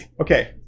Okay